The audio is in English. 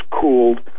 cooled